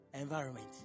Environment